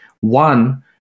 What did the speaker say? One